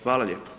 Hvala lijepo.